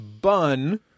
bun